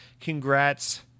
congrats